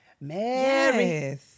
Mary